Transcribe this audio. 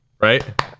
right